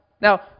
Now